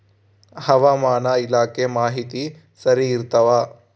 ಹವಾಮಾನ ಇಲಾಖೆ ಮಾಹಿತಿ ಸರಿ ಇರ್ತವ?